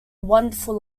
wonderful